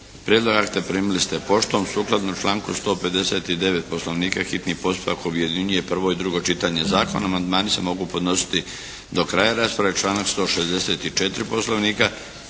razumije./… akta primili ste poštom. Sukladno članku 159. Poslovnika hitni postupak objedinjuje prvo i drugo čitanje zakona. Amandmani se mogu podnositi do kraja rasprave članak 164. Poslovnika.